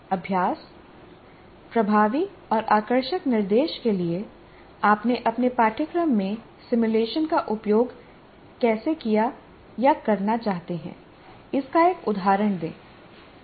अभ्यास प्रभावी और आकर्षक निर्देश के लिए आपने अपने पाठ्यक्रम में सिमुलेशन का उपयोग कैसे किया या करना चाहते हैं इसका एक उदाहरण दें